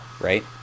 right